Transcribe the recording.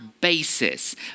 basis